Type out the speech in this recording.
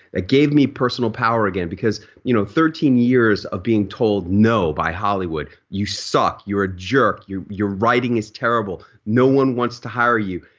ah gave me personal power again because you know thirteen years of being told no by hollywood. you suck, you're a jerk, your your writing is terrible. no one wants to hire you.